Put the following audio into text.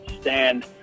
stand